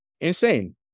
Insane